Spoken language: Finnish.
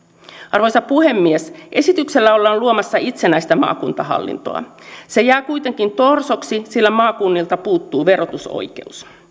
arvoisa puhemies esityksellä ollaan luomassa itsenäistä maakuntahallintoa se jää kuitenkin torsoksi sillä maakunnilta puuttuu verotusoikeus